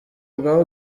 bwa